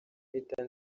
mpita